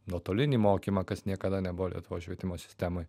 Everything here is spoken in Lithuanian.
nuotolinį mokymą kas niekada nebuvo lietuvos švietimo sistemoj